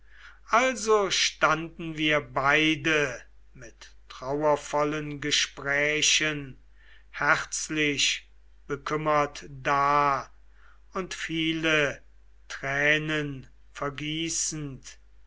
also standen wir beide mit trauervollen gesprächen herzlich bekümmert da und viele tränen vergießend